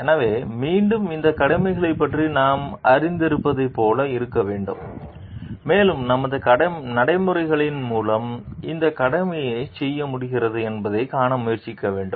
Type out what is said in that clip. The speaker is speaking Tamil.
எனவே மீண்டும் இந்த கடமைகளைப் பற்றி நாம் அறிந்திருப்பதைப் போல இருக்க வேண்டும் மேலும் நமது நடைமுறைகளின் மூலம் இந்த கடமையைச் செய்ய முடிகிறது என்பதைக் காண முயற்சிக்க வேண்டும்